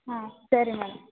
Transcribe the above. ಹಾಂ ಸರಿ ಮೇಡಮ್